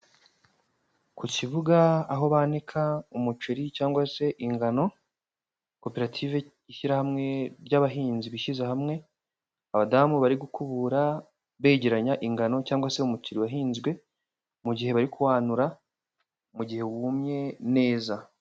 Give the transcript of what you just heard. Ku kibuga aho banika umuceri cyangwa se ingano. Koperative ishyirahamwe ry'abahinzi bishyize hamwe. Abadamu bari gukubura begeranya ingano, cyangwa se umuceri wahinzwe mu gihe bari kuwanura mu mugihe wumye neza.